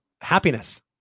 happiness